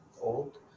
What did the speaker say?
old